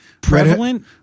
prevalent